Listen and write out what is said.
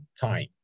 time